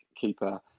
keeper